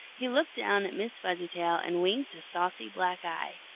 he looked down at miss fuzzytail and winked a saucy black eye.